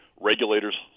regulators